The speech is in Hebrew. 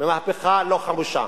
במהפכה לא חמושה.